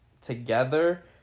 together